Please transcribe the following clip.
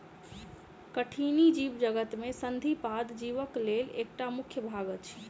कठिनी जीवजगत में संधिपाद जीवक लेल एकटा मुख्य भाग अछि